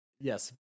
yes